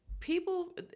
People